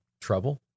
trouble